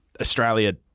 Australia